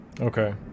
okay